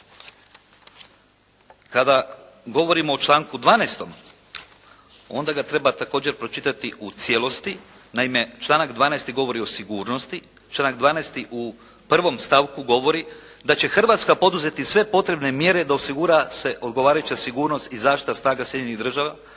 Kada govorim o članku 12. onda ga treba također pročitati u cijelosti. Naime, članak 12. govori o sigurnosti, članak 12. u prvom stavku govori da će Hrvatska poduzeti sve potrebne mjere da osigura se odgovarajuća sigurnost i zaštita Sjedinjenih Država,